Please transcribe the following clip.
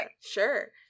sure